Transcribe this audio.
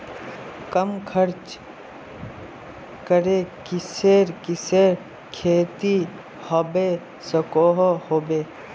कम खर्च करे किसेर किसेर खेती होबे सकोहो होबे?